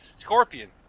Scorpion